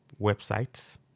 websites